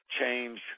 change